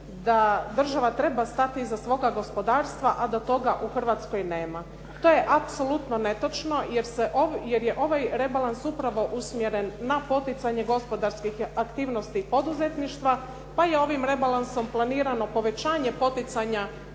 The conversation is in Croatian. da država treba stati iza svoga gospodarstva, a da toga u Hrvatskoj nema. To je apsolutno netočno jer je ovaj rebalans upravo usmjeren na poticanje gospodarskih aktivnosti poduzetništva, pa je ovim rebalansom planirano povećanje poticanja